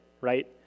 right